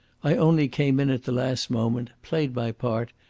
i only came in at the last moment, played my part,